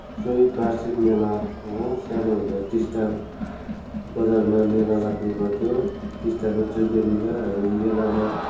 चाहिँ वार्षिक मेला हो सानो हुँदा टिस्टा बजारमा मेला लाग्ने गर्थ्यो टिस्टाको त्रिवेणीमा हामी मेलामा